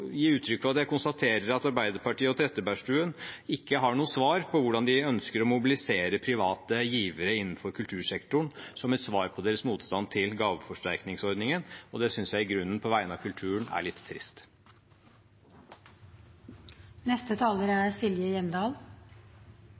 uttrykk for at jeg konstaterer at Arbeiderpartiet og representanten Trettebergstuen ikke har noe svar på hvordan de ønsker å mobilisere private givere innenfor kultursektoren som et svar på deres motstand mot gaveforsterkningsordningen, og det synes jeg i grunnen på vegne av kulturen er litt trist. Jeg må si at jeg synes det er